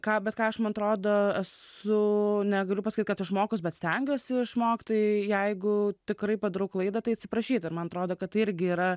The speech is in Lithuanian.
ką bet ką aš man atrodo esu negaliu pasakyt kad aš mokaus bet stengiuosi išmokt tai jeigu tikrai padarau klaidą tai atsiprašyt ir man atrodo kad tai irgi yra